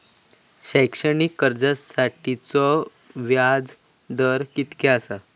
शैक्षणिक कर्जासाठीचो व्याज दर कितक्या आसा?